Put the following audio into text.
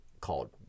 called